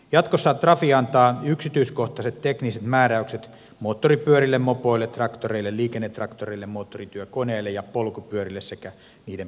jatkossa trafi antaa yksityiskohtaiset tekniset määräykset moottoripyörille mopoille traktoreille liikennetraktoreille moottorityökoneille ja polkupyörille sekä niiden perävaunuille